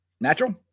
Natural